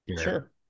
Sure